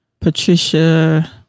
Patricia